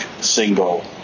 single